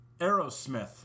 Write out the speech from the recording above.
Aerosmith